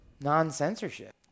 non-censorship